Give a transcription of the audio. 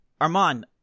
Armand